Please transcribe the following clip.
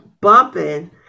bumping